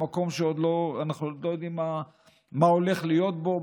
במקום שאנחנו עוד לא יודעים מה הולך להיות בו,